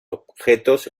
objetos